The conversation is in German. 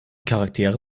charaktere